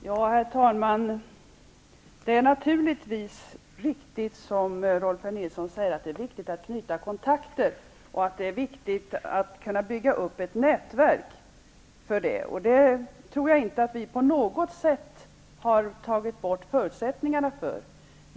Herr talman! Det är naturligtvis, som Rolf L. Nilson säger, viktigt att knyta kontakter och att kunna bygga upp ett nätverk. Det tror jag inte att vi på något sätt har tagit bort förutsättningarna för.